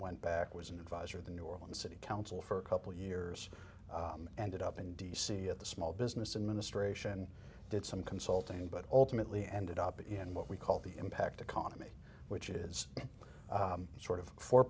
went back was an advisor the new orleans city council for a couple of years and it up in d c at the small business administration did some consulting but ultimately ended up in what we call the impact economy which is sort of for